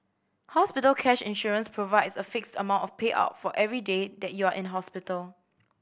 hospital cash insurance provides a fixed amount of payout for every day that you are in hospital